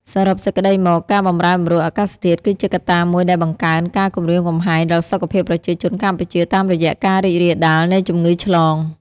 សរុបសេចក្តីមក ការបម្រែបម្រួលអាកាសធាតុគឺជាកត្តាមួយដែលបង្កើនការគំរាមកំហែងដល់សុខភាពប្រជាជនកម្ពុជាតាមរយៈការរីករាលដាលនៃជំងឺឆ្លង។